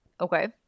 Okay